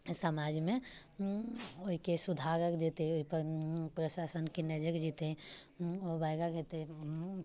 समाजमे ओइके सुधारल जेतै ओइपर प्रशासनके नजक जेतै ओ वाइरल हेतै